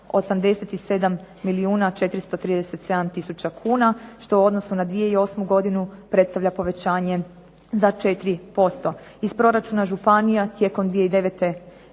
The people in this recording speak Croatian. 437 tisuća kuna, što u odnosu na 2008. godinu predstavlja povećanje za 4%. Iz proračuna županija tijekom 2009. godine